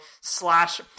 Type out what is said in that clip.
slash